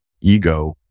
ego